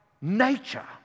nature